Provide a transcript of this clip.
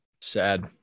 Sad